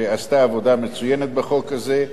שעשתה עבודה מצוינת בחוק הזה,